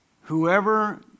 Whoever